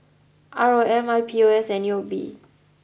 R O M I P O S and U O B